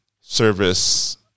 service